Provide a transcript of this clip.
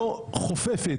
לא חופפת,